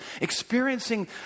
experiencing